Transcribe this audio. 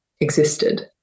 existed